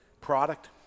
product